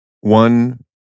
One